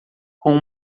com